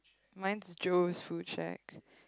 mine's Joe's full check